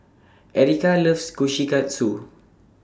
Ericka loves Kushikatsu